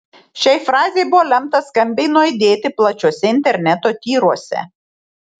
šiai frazei buvo lemta skambiai nuaidėti plačiuose interneto tyruose